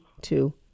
two